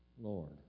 Lord